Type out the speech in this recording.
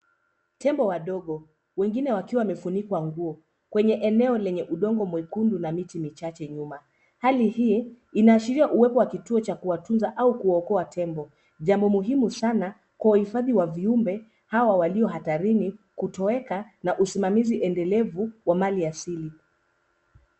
Tembo wadogo, wengine wakiwa wamefunikwa nguo kwenye eneo lenye udongo mwekundu na miti michache nyuma. Hali hii inaashiria uwepo wa kituo cha kuwatunza au kuwaokoa tembo, jambo muhimu sana kwa uhifadhi wa viumbe hawa walio hatarini kutoweka na usimamizi endelevu wa mali asili.